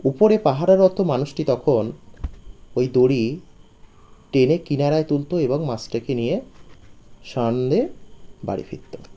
উপরে পাহারারত মানুষটি তখন ওই দড়ি টেনে কিনারায় তুলত এবং মাছটাকে নিয়ে সানন্দে বাড়ি ফিরত